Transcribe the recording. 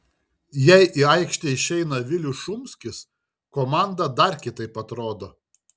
jei į aikštę išeina vilius šumskis komanda dar kitaip atrodo